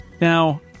Now